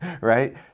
Right